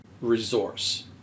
resource